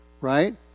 right